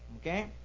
Okay